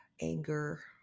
anger